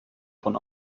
von